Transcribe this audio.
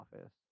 office